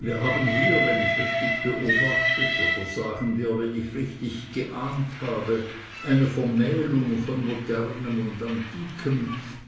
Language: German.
wir haben hier wenn ich richtig beobachtet oder sagen wir wenn ich richtig geahnt habe eine vermählung von modernem und